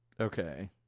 Okay